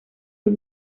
sus